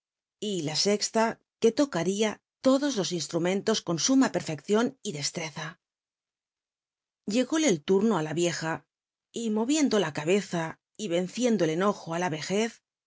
y la scla que tocaria lodos los inslrumenlos con surnn pcrfcccion y dcslreza llcgólc el turno á la deja y moyicndo la cabeza y enciendo el enojo á la wjez